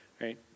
right